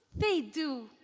they do.